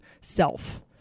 self